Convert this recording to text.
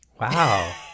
Wow